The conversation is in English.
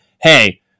Hey